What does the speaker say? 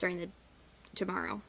during the tomorrow